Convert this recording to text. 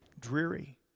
dreary